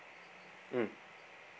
mm